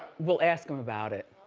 we'll ask him about it.